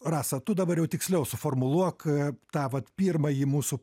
rasa tu dabar jau tiksliau suformuluok tą vat pirmąjį mūsų